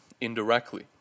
indirectly